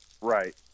Right